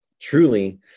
Truly